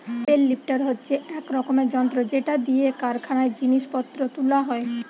bell lifter হচ্ছে এক রকমের যন্ত্র যেটা দিয়ে কারখানায় জিনিস পত্র তুলা হয়